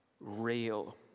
real